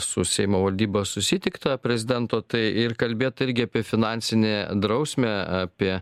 su seimo valdyba susitikta prezidento tai ir kalbėta irgi apie finansinę drausmę apie